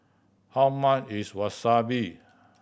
how much is Wasabi